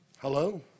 Hello